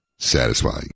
Satisfying